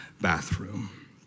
bathroom